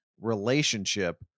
relationship